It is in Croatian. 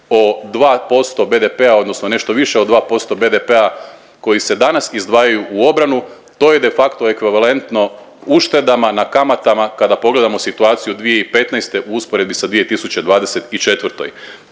o 2% BDP-a odnosno nešto više od 2% BDP-a koji se danas izdvajaju u obranu to je de facto ekvivalentno uštedama na kamatama kada pogledamo situaciju 2015. u usporedbi sa 2024.